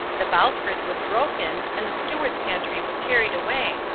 the bowsprit was broken, and the steward's pantry was carried away.